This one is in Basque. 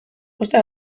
posta